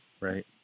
Right